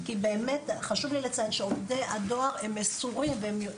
חשוב לי לציין שעובדי הדואר הם מסורים.